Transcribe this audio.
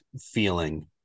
feeling